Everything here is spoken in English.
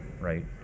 right